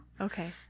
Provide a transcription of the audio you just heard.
okay